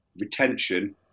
retention